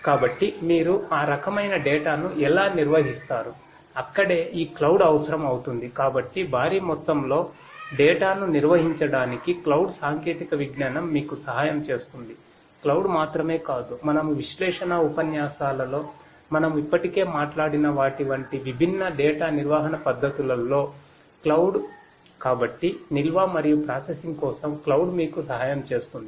కాబట్టి మీరు ఆ రకమైన డేటా మీకు సహాయం చేస్తుందిఅంటే వివిధ గణన పనులను నడుపుతోంది